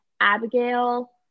Abigail